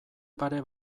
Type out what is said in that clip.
pare